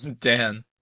Dan